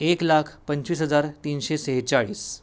एक लाख पंचवीस हजार तीनशे सेहेचाळीस